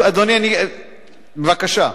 אדוני, בבקשה.